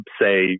say